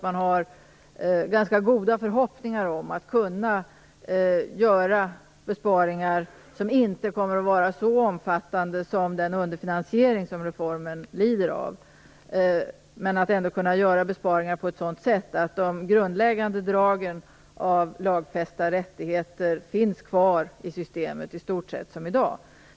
Man har ganska goda förhoppningar om att kunna göra besparingar som inte kommer att vara så omfattande som den underfinansiering som reformen lider av men som sker på ett sådant sätt att de grundläggande dragen av lagfästa rättigheter finns kvar i systemet, i stort sett som i dag.